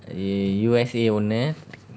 eh U_S_A ஒண்ணு:onnu